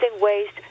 waste